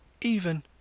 Even